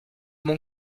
bon